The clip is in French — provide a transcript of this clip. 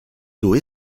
d’eau